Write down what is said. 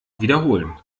wiederholen